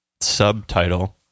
subtitle